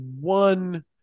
one